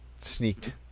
sneaked